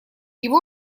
его